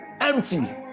empty